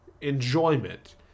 enjoyment